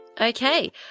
Okay